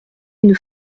une